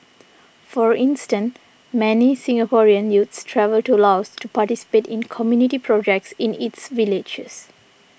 for instance many Singaporean youths travel to Laos to participate in community projects in its villages